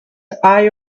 eye